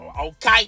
Okay